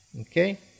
okay